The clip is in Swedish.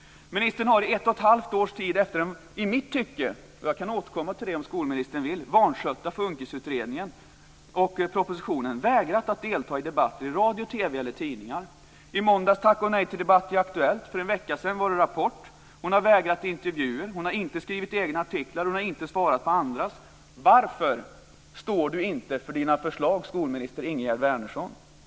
Ministern har i ett och ett halvt års tid efter den i mitt tycke - jag kan återkomma till det om skolministern vill - vanskötta FUNKIS-utredningen och propositionen vägrat att delta i debatter i radio, TV eller tidningar. I måndags tackade hon nej till en debatt i Aktuellt, för en vecka sedan i Rapport. Hon har vägrat intervjuer, hon har inte skrivt några egna artiklar, hon har inte svarat på andras. Varför står inte skolminister Ingegerd Wärnersson för sina förslag?